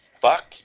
fuck